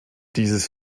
dieses